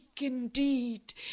indeed